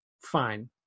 fine